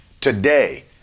today